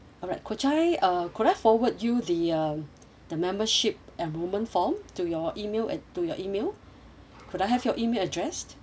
alright could I uh could I forward you the uh the membership enrolment form to your email ad~ to your email could I have your email address